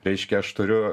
reiškia aš turiu